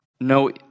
No